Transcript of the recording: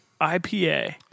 IPA